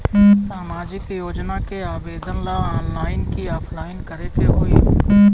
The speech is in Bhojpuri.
सामाजिक योजना के आवेदन ला ऑनलाइन कि ऑफलाइन करे के होई?